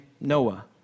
Noah